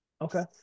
Okay